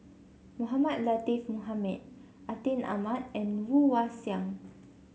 Mohamed Latiff Mohamed Atin Amat and Woon Wah Siang